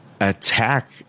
attack